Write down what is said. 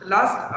Last